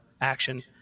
action